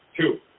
Two